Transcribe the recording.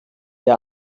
der